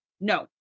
No